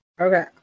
Okay